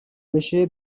بشه